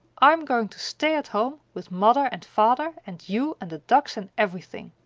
i'm going tto stay at home with mother and father, and you and the ducks and everything!